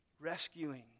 rescuing